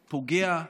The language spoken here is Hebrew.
פוגע,